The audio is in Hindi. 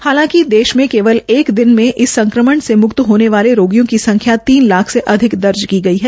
हालांकि देश में केवल एक दिना में इस संक्रमण से मुक्त होने वाले वाले रोगियों की संख्या तीन लाख से अधिक दर्ज की गई है